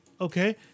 okay